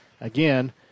Again